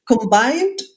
combined